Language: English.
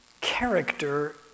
character